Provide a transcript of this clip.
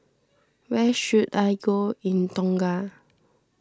where should I go in Tonga